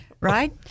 Right